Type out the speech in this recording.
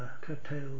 curtail